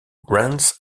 rance